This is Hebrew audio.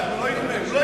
הוא לא יבנה,